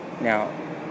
Now